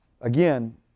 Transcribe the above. Again